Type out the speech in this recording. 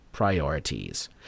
priorities